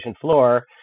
floor